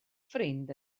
ffrind